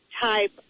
type